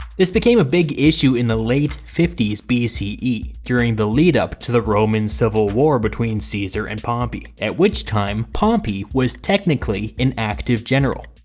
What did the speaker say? this became a big issue in the late fifty s b c e. during the lead up to the roman civil war between caesar and pompey, at which time pompey was technically an active general.